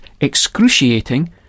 excruciating